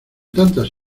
tantas